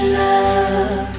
love